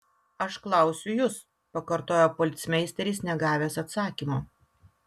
aš klausiu jus pakartojo policmeisteris negavęs atsakymo